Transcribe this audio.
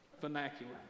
vernacular